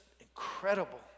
incredible